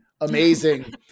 amazing